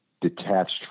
detached